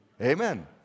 Amen